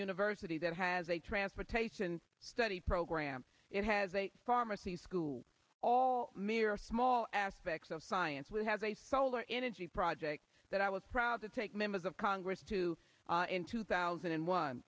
university that has a transportation study program it has a pharmacy school all mere small aspects of science which has a solar energy project that i was proud to take members of congress to in two thousand and one